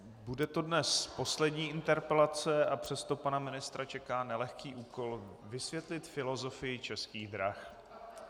Bude to dnes poslední interpelace, a přesto pana ministra čeká nelehký úkol vysvětlit filozofii Českých drah.